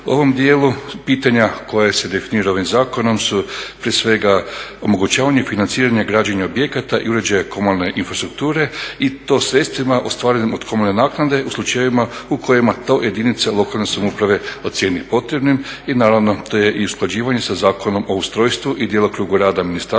U ovom dijelu pitanja koje se definiraju ovim zakonu su prije svega omogućavanje financiranja građenja objekata i uređaja komunalne infrastrukture i to sredstvima ostvarenim od komunalne naknade u slučajevima u kojima to jedinice lokalne samouprave ocjeni potrebnim i naravno to je usklađivanjem sa Zakonom o ustrojstvu i djelokrugu rada ministarstava